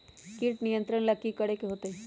किट नियंत्रण ला कि करे के होतइ?